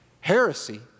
heresy